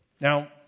Now